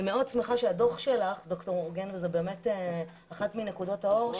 אני מאוד שמחה שהדוח שלך מראה את אחת מנקודות האור.